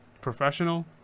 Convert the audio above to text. professional